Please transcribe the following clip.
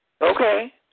Okay